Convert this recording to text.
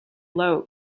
low